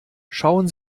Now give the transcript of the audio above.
schauen